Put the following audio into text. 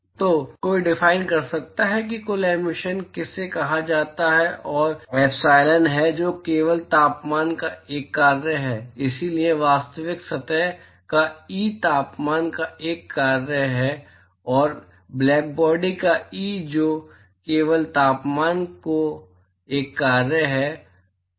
Student तो कोई define कर सकता है कि कुल एमिशन किसे कहा जाता है जो कि एप्सिलॉन है जो केवल तापमान का एक कार्य है इसलिए वास्तविक सतह का ई तापमान का एक कार्य है और ब्लैकबॉडी का ई जो केवल तापमान का एक कार्य है